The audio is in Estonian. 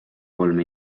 kolm